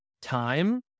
time